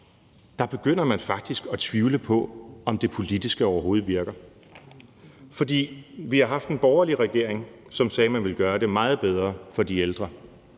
begynder at tvivle på, om det politiske overhovedet virker. For vi har haft en borgerlig regering, som sagde, at de ville gøre det meget bedre for de ældre,